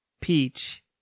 Peach